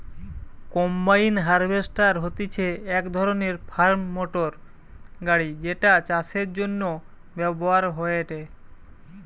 combine harvester হতিছে এক ধরণের ফার্ম মোটর গাড়ি যেটা চাষের জন্য ব্যবহার হয়েটে